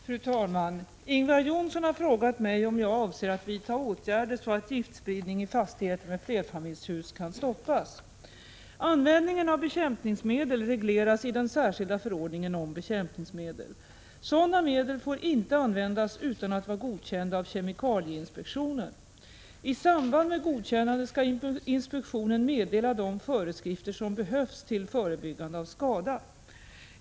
Fru talman! Ingvar Johnsson har frågat mig om jag avser att vidta åtgärder så att giftspridning i fastigheter med flerfamiljshus kan stoppas. Användningen av bekämpningsmedel regleras närmare i den särskilda förordningen om bekämpningsmedel. Sådana medel får inte användas utan att vara godkända av kemikalieinspektionen. I samband med godkännande skall inspektionen meddela de föreskrifter som behövs till förebyggande av skada.